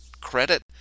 credit